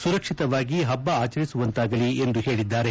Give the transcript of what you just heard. ಸುರಕ್ಷಿತವಾಗಿ ಹಬ್ಬ ಆಚರಿಸುವಂತಾಗಲಿ ಎಂದು ಹೇಳಿದ್ದಾರೆ